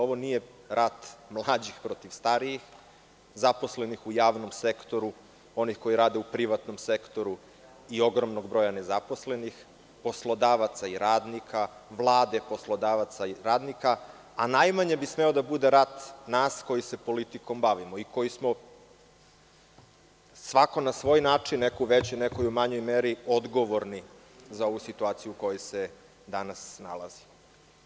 Ovo nije rat mlađih protiv starijih, zaposlenih u javnom sektoru, onih koji rade u privatnom sektoru i ogromnog broja nezaposlenih, poslodavaca i radnika, vlade poslodavaca i radnika, a najmanje bi smeo da bude rat nas koji se politikom bavimo i koji smo svaki na svoj način, neko u većoj, neko u manjoj meri odgovorni za ovu situaciju u kojoj se dana nalazimo.